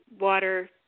water